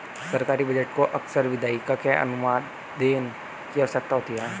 सरकारी बजट को अक्सर विधायिका के अनुमोदन की आवश्यकता होती है